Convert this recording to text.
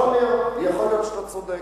יכול להיות, יכול להיות שאתה צודק,